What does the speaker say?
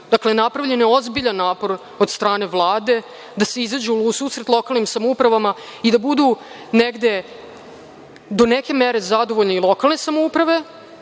Dakle, napravljen je ozbiljan napor od strane Vlade da se izađe u susret lokalnim samoupravama i da budu do neke mere zadovoljne lokalne samouprave